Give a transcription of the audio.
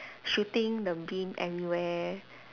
shooting the beam everywhere